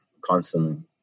constantly